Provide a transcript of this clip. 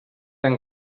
han